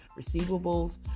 receivables